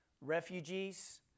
refugees